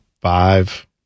Five